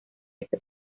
ese